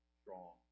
strong